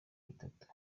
bitatu